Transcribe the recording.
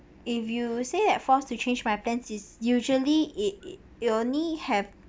if you say that forced to change my plans is usually it it you only have